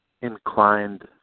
inclined